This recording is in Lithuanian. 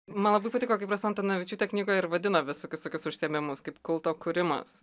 man labai patiko kaip rasa antanavičiūte knygoje ir vadina visokius tokius užsiėmimus kaip kulto kūrimas